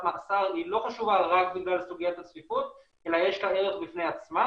מאסר היא לא חשובה רק בגלל סוגיית הצפיפות אלא יש לה ערך בפני עצמה.